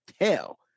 hell